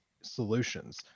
solutions